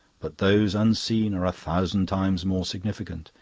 but those unseen are a thousand times more significant.